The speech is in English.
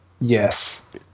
Yes